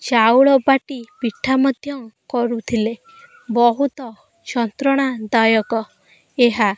ଚାଉଳ ବାଟି ପିଠା ମଧ୍ୟ କରୁଥିଲେ ବହୁତ ଯନ୍ତ୍ରଣା ଦାୟକ ଏହା